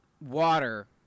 water